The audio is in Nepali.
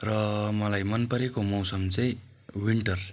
र मलाई मन परेको मौसम चाहिँ विन्टर